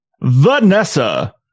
Vanessa